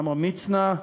עמרם מצנע,